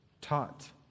taught